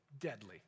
deadly